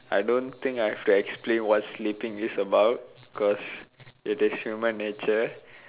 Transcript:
I don't think I have to explain what sleeping is about because it is human nature